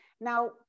Now